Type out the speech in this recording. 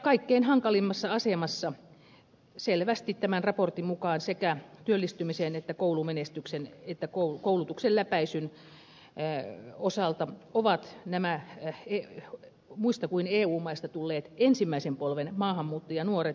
kaikkein hankalimmassa asemassa selvästi tämän raportin mukaan sekä työllistymisen koulumenestyksen että koulutuksen läpäisyn osalta ovat nämä muista kuin eu maista tulleet ensimmäisen polven maahanmuuttajanuoret